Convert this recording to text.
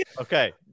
Okay